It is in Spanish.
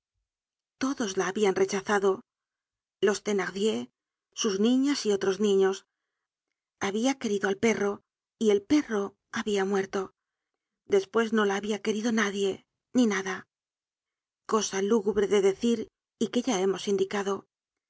todos la habian rechazado los thenardier sus niñas y otros niños habia querido al perro y el perro habia muerto despues no la habia querido nadie ni nada cosa lúgubre de decir y que ya hemos indicado